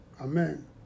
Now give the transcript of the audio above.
Amen